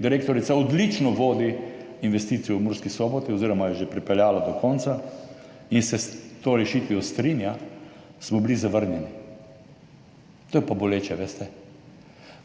direktorica odlično vodi investicijo v Murski Soboti oziroma jo je že pripeljala do konca in se s to rešitvijo strinja, smo bili zavrnjeni. To je pa boleče, veste.